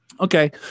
Okay